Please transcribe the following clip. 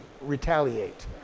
retaliate